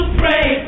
pray